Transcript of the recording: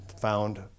found